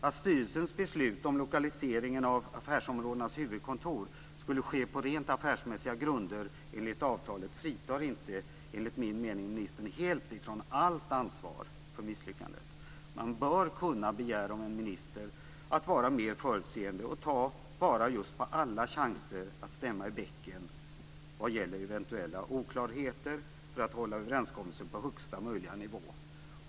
Att styrelsens beslut om lokalisering av affärsområdenas huvudkontor skulle ske på rent affärsmässiga grunder enligt avtalet fritar inte enligt min mening ministern helt från allt ansvar för misslyckandet. Man bör kunna begära av en minister att vara mer förutseende och ta vara på alla chanser att stämma i bäcken vad gäller eventuella oklarheter för att hålla överenskommelsen på högsta möjliga nivå.